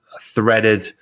threaded